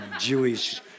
Jewish